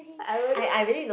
I wouldn't